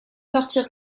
sortir